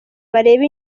bareba